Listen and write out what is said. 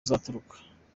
azaturuka